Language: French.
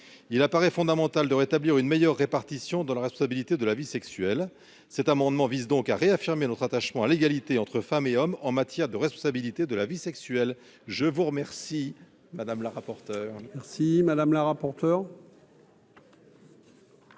il apparaît fondamental de rétablir une meilleure répartition de la responsabilité de la vie sexuelle, cet amendement vise donc à réaffirmer notre attachement à l'égalité entre femmes et hommes en matière de responsabilité de la vie sexuelle, je vous remercie. Madame la rapporteure